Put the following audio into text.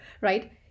right